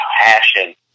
passion